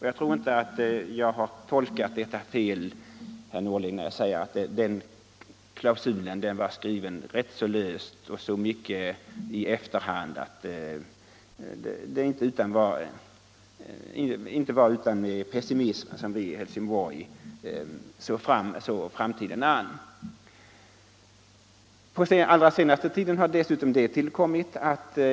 Jag tror inte att jag gör mig skyldig till en feltolkning när jag säger att den klausulen var skriven rätt löst och så mycket i efterhand att det inte var utan pessimism som vi i Helsingborg såg framtiden an. På allra senaste tiden har dessutom ett annat problem tillkommit.